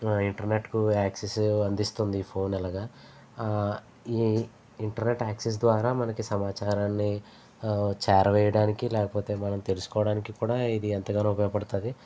ఇంటర్నెట్కు యాక్సస్ అందిస్తుంది ఫోన్ ఇలాగా ఈ ఇంటర్నెట్ యాక్సస్ ద్వారా మనకి సమాచారాన్ని చేరవేయడానికి లేకపోతే మనం తెలుసుకోవడానికి కూడా ఇది ఎంతగానో ఉపయోగపడుతుంది